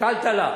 טלטלה.